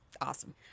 awesome